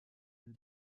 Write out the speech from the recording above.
une